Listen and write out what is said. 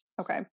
Okay